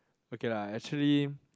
okay lah actually